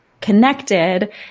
connected